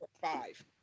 Five